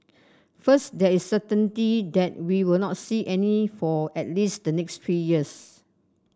first there is certainty that we will not see any for at least the next three years